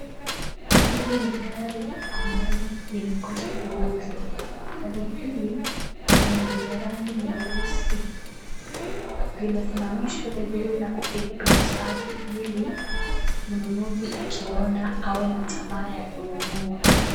Hili ni gari ambalo linangoja kuuzwa. Gari hili ni lenye rangi nyeusi. Limesimamishwa vizuri na kupigwa picha safi ili mnunuzi akiona awe na tamaa ya kununua.